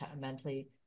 mentally